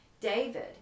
David